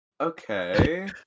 Okay